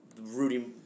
Rudy